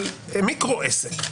מיקרו עסק,